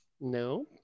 No